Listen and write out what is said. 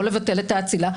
או לבטל את האצילה,